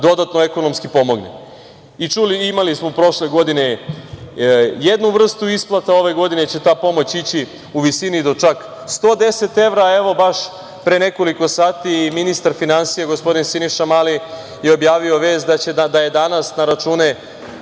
dodatno ekonomski pomogne. Imali smo prošle godine jednu vrstu isplate, ove godine će ta pomoć ići u visini do čak 110 evra. Baš pre nekoliko sati je ministar finansija, gospodin Siniša Mali objavio vest da je danas na račune